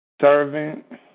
servant